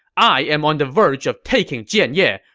i am on the verge of taking jianye.